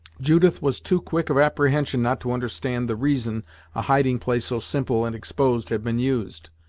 judith was too quick of apprehension not to understand the reason a hiding place so simple and exposed had been used.